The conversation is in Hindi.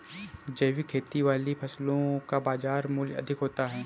जैविक खेती वाली फसलों का बाजार मूल्य अधिक होता है